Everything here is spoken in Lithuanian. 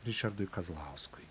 ričardui kazlauskui